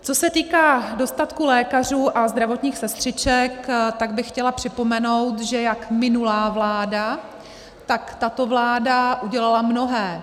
Co se týká dostatku lékařů a zdravotních sestřiček, tak bych chtěla připomenout, že jak minulá vláda, tak tato vláda udělaly mnohé.